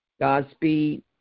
Godspeed